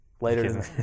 Later